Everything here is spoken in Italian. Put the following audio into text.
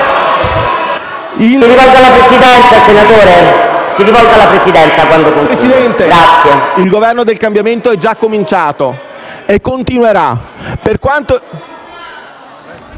Presidente, il Governo del cambiamento è già cominciato e continuerà.